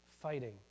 fighting